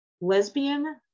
lesbian